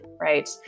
right